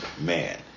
man